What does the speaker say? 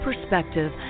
perspective